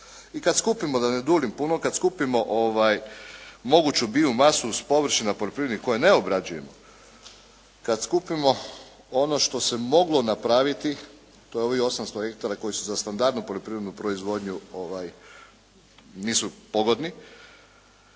I kada skupimo, da ne duljim puno, kada skupimo moguću biomasu sa površinom poljoprivrednih koje ne obrađujemo, kada skupimo ono što se moglo napraviti, to je ovih 800 hektara za standardnu poljoprivrednu proizvodnju nisu pogodni,